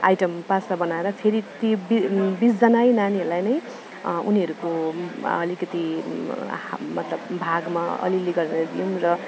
item pasta बनाएर फेरि ती बि बिसजना नानीहरूलाई नै उनीहरूको अलिकति मतलब भागमा अलि अलि गरेर जुन